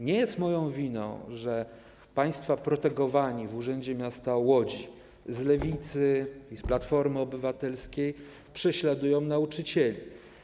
Nie jest moją winą, że państwa protegowani w Urzędzie Miasta Łodzi z Lewicy i z Platformy Obywatelskiej prześladują nauczycieli.